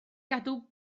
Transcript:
gadw